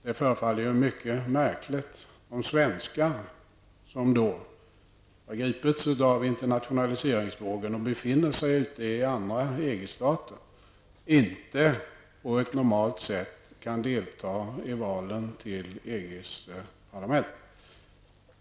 Det förefaller mycket märkligt om svenskar som har gripits av internationaliseringsvågen och befinner sig i andra EG-stater, då inte på ett normalt sätt kan delta i valen till EGs parlament.